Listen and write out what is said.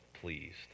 pleased